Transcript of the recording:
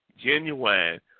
genuine